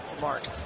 Mark